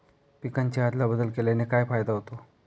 पिकांची अदला बदल केल्याने काय फायदा होतो?